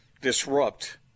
disrupt